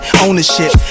Ownership